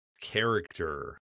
character